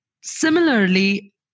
Similarly